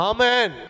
Amen